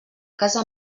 casa